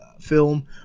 film